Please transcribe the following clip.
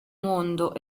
mondo